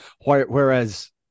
whereas